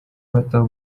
bato